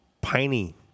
piney